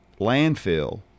landfill